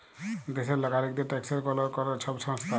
দ্যাশের লাগরিকদের ট্যাকসের গললা ক্যরে ছব সংস্থা